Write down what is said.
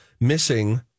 Missing